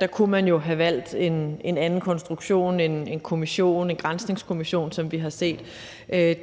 der kunne man jo have valgt en anden konstruktion – en kommission, en granskningskommission, som vi har set.